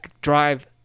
drive